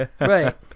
Right